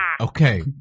Okay